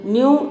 New